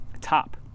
Top